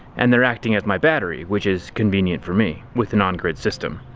and they are acting as my battery which is convenient for me with an on-grid system.